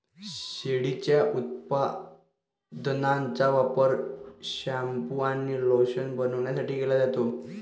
शेळीच्या उपउत्पादनांचा वापर शॅम्पू आणि लोशन बनवण्यासाठी केला जातो